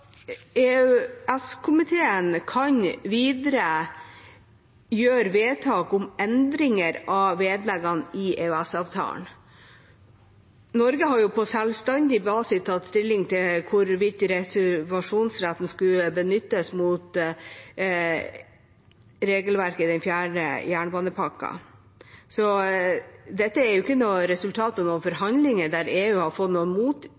kan videre gjøre vedtak om endringer av vedleggene i EØS-avtalen. Norge har på selvstendig basis tatt stilling til hvorvidt reservasjonsretten skulle benyttes mot regelverket i den fjerde jernbanepakka. Dette er jo ikke noe resultat av forhandlinger der Norge har fått